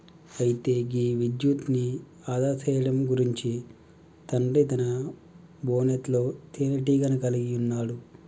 అయితే గీ విద్యుత్ను ఆదా సేయడం గురించి తండ్రి తన బోనెట్లో తీనేటీగను కలిగి ఉన్నాడు